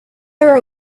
are